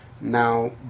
Now